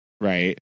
right